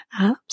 apps